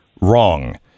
wrong